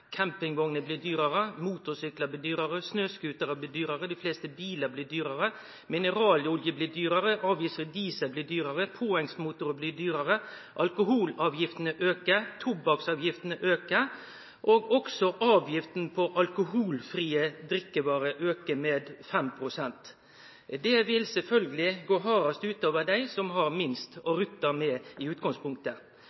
motorsyklar blir dyrare, snøskuterar blir dyrare, dei fleste bilar blir dyrare, mineralolje blir dyrare, avgift på diesel blir dyrare, påhengsmotorar blir dyrare, alkoholavgiftene aukar, tobakksavgiftene aukar, og òg avgifta på alkoholfrie drikkevarer aukar med 5 pst. Det vil sjølvsagt gå hardast ut over dei som har minst å